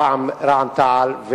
ורע"ם-תע"ל,